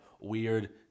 weird